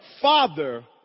father